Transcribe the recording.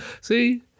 See